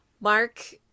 Mark